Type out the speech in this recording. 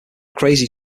crazy